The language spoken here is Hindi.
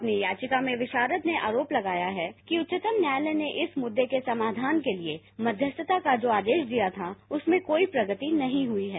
अपनी याचिका में विषारद ने आरोप लगाया है कि उच्चतम न्यायालय ने इस मुद्दे के समाधान के लिए मध्यस्थता का जो आदेश दिया था उसमें कोई प्रगति नहीं हुई है